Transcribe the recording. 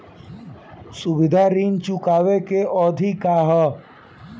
सावधि ऋण चुकावे के अवधि का ह?